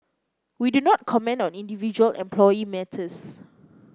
we do not comment on individual employee matters